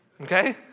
okay